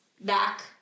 back